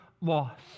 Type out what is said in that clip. loss